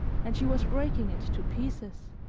and she was breaking it to pieces.